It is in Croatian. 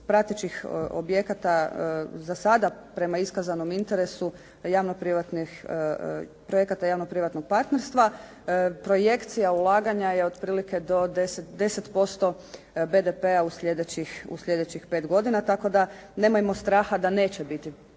pratećih objekata za sada prema iskazanom interesu javno-privatnih, projekata javno-privatnog partnerstva projekcija ulaganja je otprilike do 10, 10% BDP-a u sljedećih, u sljedećih 5 godina tako da nemajmo straha da neće biti